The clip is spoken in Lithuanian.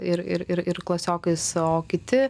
ir ir ir ir klasiokais o kiti